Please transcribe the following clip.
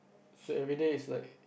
so everyday is like